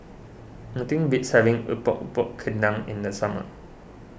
nothing beats having Epok Epok Kentang in the summer